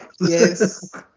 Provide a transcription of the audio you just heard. Yes